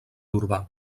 urbà